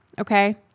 okay